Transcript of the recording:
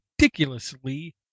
ridiculously